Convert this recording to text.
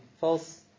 false